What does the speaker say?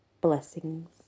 blessings